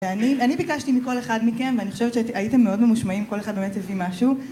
אני ביקשתי מכל אחד מכם, ואני חושבת שהייתם מאוד ממושמעים, כל אחד באמת הביא משהו